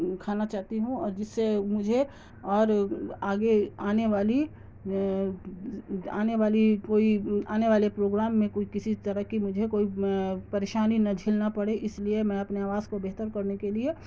کھانا چاہتی ہوں اور جس سے مجھے اور آگے آنے والی آنے والی کوئی آنے والے پروگرام میں کوئی کسی طرح کی مجھے کوئی پریشانی نہ جھیلنا پڑے اس لیے میں اپنے آواز کو بہتر کرنے کے لیے